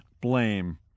Blame